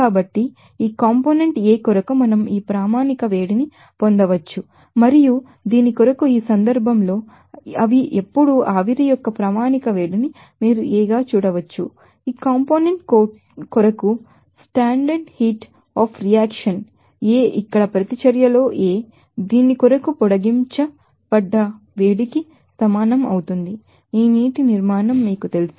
కాబట్టి ఈ component A కొరకు మనం ఈ స్టాండర్డ్ హీట్ పొందవచ్చు మరియు దీని కొరకు ఈ సందర్భంలో అవి ఇప్పుడు స్టాండర్డ్ హీట్ అఫ్ వ్యాపారిజాషన్ని మీరు చూడవచ్చు ఈ కాంపోనెంట్ కొరకు standard heat of reaction A ఇక్కడ ప్రతిచర్యలో A దీని కొరకు పొడిగించబడ్డ వేడికి సమానం అవుతుంది ఈ నీటి నిర్మాణం మీకు తెలుసు